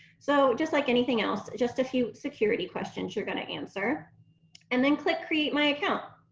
so just like anything else just a few security questions you're gonna answer and then click create my account